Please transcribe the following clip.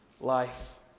life